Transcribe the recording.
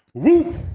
whoo,